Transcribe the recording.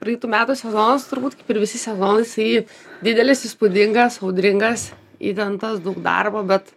praeitų metų sezonas turbūt kaip ir visi sezonai jisai didelis įspūdingas audringas įtemptas tas daug darbo bet